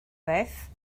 beth